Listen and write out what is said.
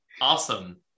Awesome